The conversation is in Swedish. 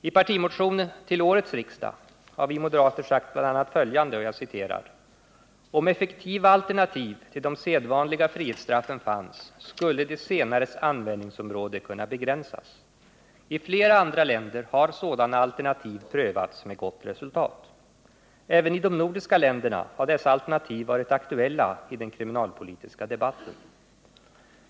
I en partimotion till årets riksdag har vi moderater sagt bl.a. följande: ”Om effektiva alternativ till de sedvanliga fängelsestraffen fanns, skulle de senares användningsområde kunna begränsas. I flera andra länder har sådana alternativ prövats med gott resultat. Även i de nordiska länderna har dessa alternativ varit aktuella i den kriminalpolitiska debatten.